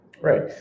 Right